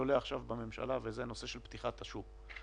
שעולה עכשיו בממשלה, באשר לפתיחת השוק,